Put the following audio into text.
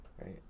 right